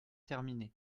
terminé